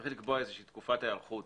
צריך לקבוע תקופת היערכות